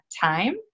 time